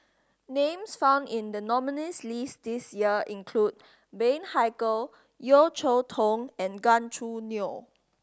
names found in the nominees' list this year include Bani Haykal Yeo Cheow Tong and Gan Choo Neo